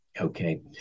Okay